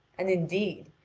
and, indeed,